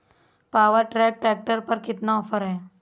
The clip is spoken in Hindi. पावर ट्रैक ट्रैक्टर पर कितना ऑफर है?